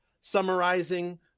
summarizing